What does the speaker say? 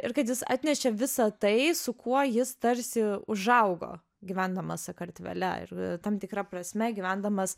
ir kad jis atnešė visa tai su kuo jis tarsi užaugo gyvendamas sakartvele ir tam tikra prasme gyvendamas